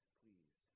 please